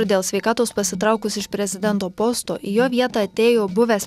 dėl sveikatos pasitraukus iš prezidento posto į jo vietą atėjo buvęs